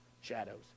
Shadows